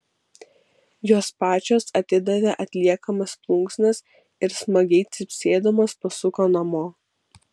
jos pačios atidavė atliekamas plunksnas ir smagiai cypsėdamos pasuko namo